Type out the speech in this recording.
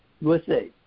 USA